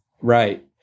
right